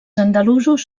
andalusos